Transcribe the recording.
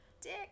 dick